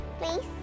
please